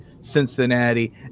Cincinnati